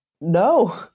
No